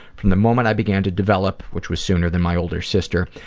from the moment i began to develop, which was sooner than my older sister,